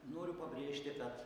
noriu pabrėžti kad